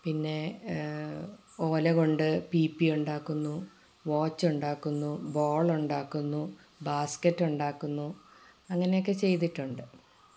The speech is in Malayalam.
പിന്നെ ഓല കൊണ്ട് പീപ്പി ഉണ്ടാക്കുന്നു വാച്ചുണ്ടാക്കുന്നു ബോളുണ്ടാക്കുന്നു ബാസ്ക്കറ്റൊണ്ടാക്കുന്നു അങ്ങനെയൊക്കെ ചെയ്തിട്ടുണ്ട്